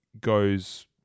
goes